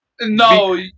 No